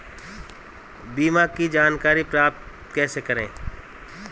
बीमा की जानकारी प्राप्त कैसे करें?